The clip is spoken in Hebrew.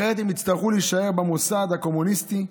אחרת הן יצטרכו להישאר במוסד הקומוניסטי,